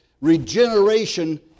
regeneration